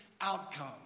outcome